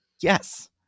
Yes